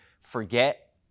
forget